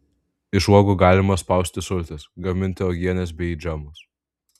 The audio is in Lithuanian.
iš uogų galima spausti sultis gaminti uogienes bei džemus